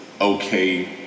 okay